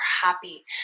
happy